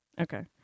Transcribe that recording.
Okay